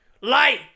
light